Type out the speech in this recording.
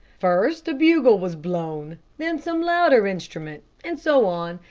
first a bugle was blown, then some louder instrument, and so on,